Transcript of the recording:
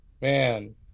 man